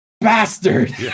bastard